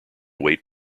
weight